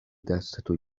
دستتو